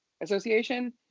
Association